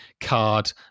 card